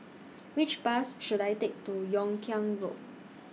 Which Bus should I Take to Yung Kuang Road